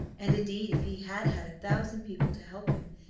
and indeed if he had had a thousand people to help him,